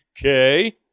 Okay